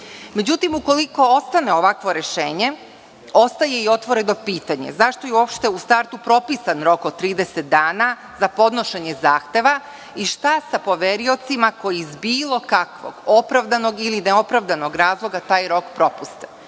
imovine.Međutim, ukoliko ostane ovakvo rešenje ostaje i otvoreno pitanje zašto je uopšte u startu propisan rok od 30 dana za podnošenje zahteva i šta sa poveriocima koji iz bilo kakvog opravdanog ili neopravdanog razloga taj rok propuste.